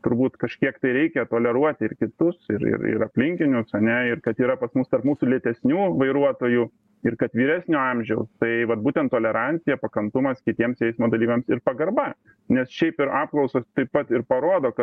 turbūt kažkiek tai reikia toleruoti ir kitus ir ir ir aplinkinius ane ir kad yra pas mus tarp mūsų lėtesnių vairuotojų ir kad vyresnio amžiaus tai vat būtent tolerancija pakantumas kitiems eismo dalyviams ir pagarba nes šiaip ir apklausos taip pat ir parodo kad